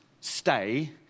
stay